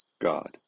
God